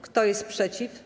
Kto jest przeciw?